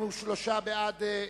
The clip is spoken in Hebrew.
45 בעד,